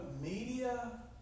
media